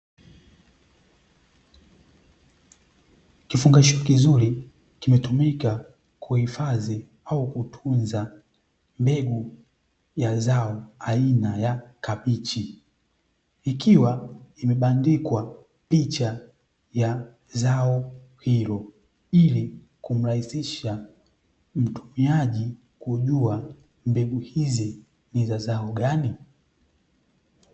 Kifungashio kizuri kimetumika kuhifadhi au kutunza mbegu ya zao aina ya kabichi, ikiwa imebandikwa picha ya zao hilo, ili kumrahisishia mtumiaji kujua mbegu hizi ni za zao gani.